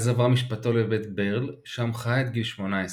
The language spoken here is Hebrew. אז עברה משפחתו לבית ברל, שם חי עד גיל 18.